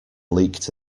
leaked